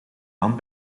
aan